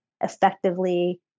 effectively